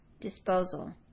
disposal